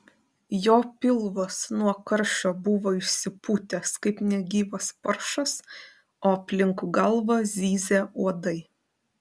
jo pilvas nuo karščio buvo išsipūtęs kaip negyvas paršas o aplink galvą zyzė uodai